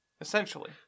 Essentially